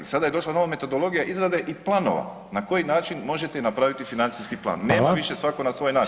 Sada je došla nova metodologija izrade i planova, na koji način možete napraviti financijski plan, nema [[Upadica: Hvala.]] više svako na svoj način.